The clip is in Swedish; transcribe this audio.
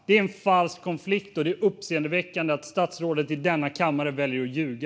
Det är en falsk konflikt, och det är uppseendeväckande att statsrådet i denna kammare väljer att ljuga.